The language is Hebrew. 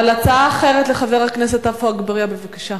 הצעה אחרת לחבר הכנסת עפו אגבאריה, בבקשה.